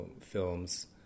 films